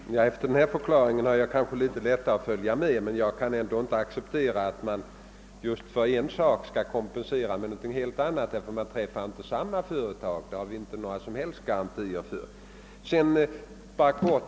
Herr talman! Efter denna förklaring har jag litet lättare att följa med, men jag kan ändå inte acceptera att man för en sak skall kompensera en helt annan. Man har inte några som helst garantier för att man träffar samma företag.